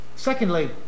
secondly